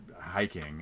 hiking